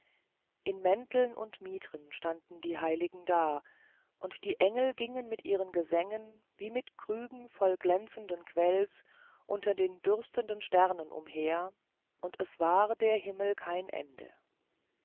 in mänteln und mitren standen die heiligen da und die engel gingen mit ihren gesängen wie mit krügen voll glänzenden quells unter den dürstenden sternen umher und es war der himmel kein ende